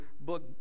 book